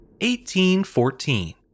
1814